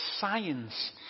science